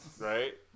Right